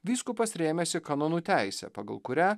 vyskupas rėmėsi kanonų teise pagal kurią